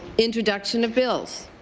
introduction of bills.